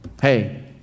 hey